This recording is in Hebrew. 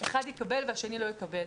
אחד יקבל והשני לא יקבל.